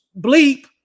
bleep